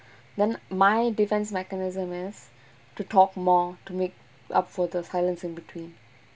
then my defense mechanism is to talk more to make up for the silence in between